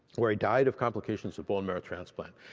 where he died of complications of bone marrow transplant.